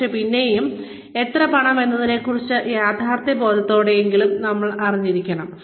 പക്ഷേ പിന്നെയും എത്ര പണം എന്നതിനെക്കുറിച്ച് കുറഞ്ഞത് യാഥാർത്ഥ്യബോധത്തോടെയെങ്കിലും നമ്മൾ അറിഞ്ഞിരിക്കണം